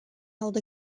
held